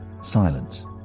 Silence